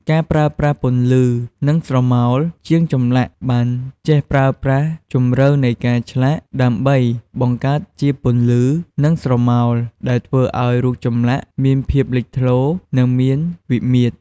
ការប្រើប្រាស់ពន្លឺ និងស្រមោល ជាងចម្លាក់បានចេះប្រើប្រាស់ជម្រៅនៃការឆ្លាក់ ដើម្បីបង្កើតជាពន្លឺ និងស្រមោល ដែលធ្វើឱ្យរូបចម្លាក់មានភាពលេចធ្លោរ និងមានវិមាត្រ។